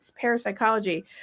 parapsychology